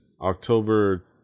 October